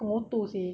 pengotor seh